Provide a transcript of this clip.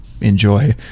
enjoy